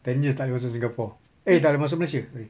ten years tak boleh masuk singapore eh tak boleh masuk malaysia sorry